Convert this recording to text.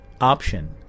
option